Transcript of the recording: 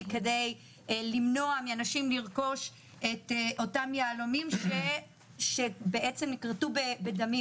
כדי למנוע מאנשים לרכוש את אותם יהלומים שכרתו בדמים,